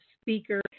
speaker